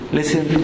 listen